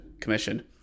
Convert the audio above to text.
commission